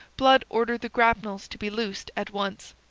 blood ordered the grapnels to be loosed at once.